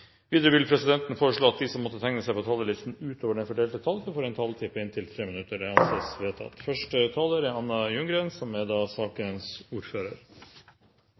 Videre vil presidenten foreslå at de som måtte tegne seg på talerlisten utover den fordelte taletid, får en taletid på inntil 3 minutter. – Det anses vedtatt. Vi skal nå behandle en viktig og prinsipiell sak. Den europeiske menneskerettighetsdomstolen avga tidligere i år en dom som